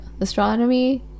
astronomy